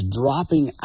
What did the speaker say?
dropping